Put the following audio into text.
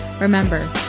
Remember